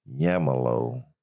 Yamalo